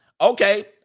okay